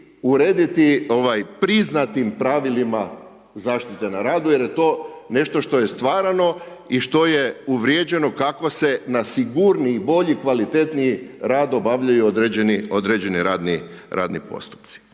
urediti priznatim pravilima zaštite na radu jer je to nešto što je stvarano i što je uvrijeđeno kako se na sigurniji, bolji i kvalitetniji rad obavljaju određeni radni postupci.